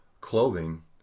clothing